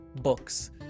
books